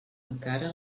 encara